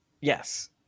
yes